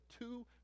two